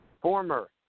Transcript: former